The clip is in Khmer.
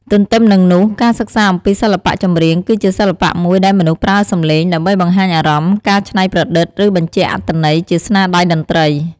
ទន្ទឹមនឹងនោះ ការសិក្សាអំពីសិល្បៈចម្រៀង គឺជាសិល្បៈមួយដែលមនុស្សប្រើសម្លេង ដើម្បីបង្ហាញអារម្មណ៍ ការច្នៃប្រឌិត ឬបញ្ជាក់អត្ថន័យជាស្នាដៃតន្ត្រី។